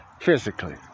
physically